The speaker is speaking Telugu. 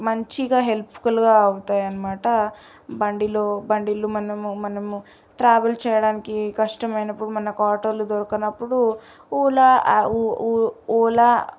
మంచిగా హెల్ప్ఫుల్గా అవుతాయి అనమాట బండిలో బండిలో మనము మనము ట్రావెల్ చేయడానికి కష్టమైనప్పుడు మనకు ఆటోలు దొరకనప్పుడు ఓలా యాప్ ఓ ఓ ఓలా